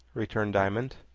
returned diamond.